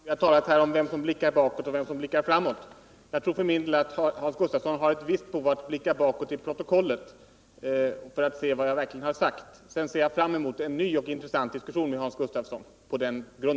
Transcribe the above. Herr talman! Vi har här talat om vem som blickar bakåt och vem som blickar framåt. Jag tror för min del att Hans Gustafsson har ett visst behov av att blicka bakåt i protokollet för att se vad jag verkligen har sagt. — Sedan ser Nr 119 jag fram emot en ny och intressant diskussion med Hans Gustafsson på den